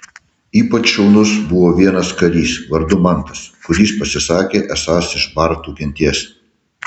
ypač šaunus buvo vienas karys vardu mantas kuris pasisakė esąs iš bartų genties